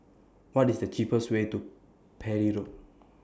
What IS The cheapest Way to Parry Road